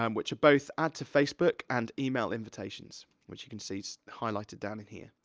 um which are both add to facebook, and email invitations. which you can see is highlighted down in here.